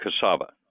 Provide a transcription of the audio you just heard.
cassava